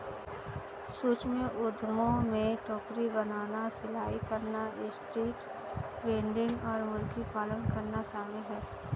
सूक्ष्म उद्यमों में टोकरी बनाना, सिलाई करना, स्ट्रीट वेंडिंग और मुर्गी पालन करना शामिल है